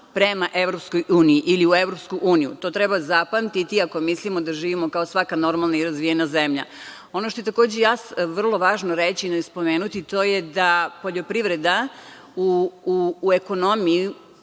prema EU ili u EU. To treba zapamtiti ako mislimo da živimo kao svaka normalna i razvijena zemlja. Ono što je takođe vrlo važno reći i spomenuti, to je da poljoprivreda u ekonomiji